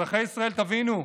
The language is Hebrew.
אזרחי ישראל, תבינו,